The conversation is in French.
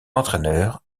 entraîneur